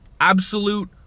Absolute